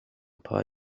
paar